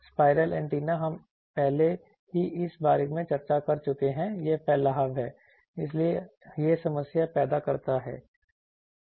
spiral antenna हम पहले ही इस बारे में चर्चा कर चुके हैं यह फैलाव है इसीलिए यह समस्या पैदा करता है